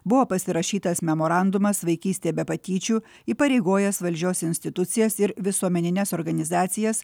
buvo pasirašytas memorandumas vaikystė be patyčių įpareigojęs valdžios institucijas ir visuomenines organizacijas